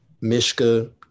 Mishka